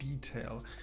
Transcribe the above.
detail